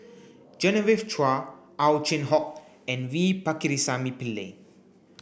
Genevieve Chua Ow Chin Hock and V Pakirisamy Pillai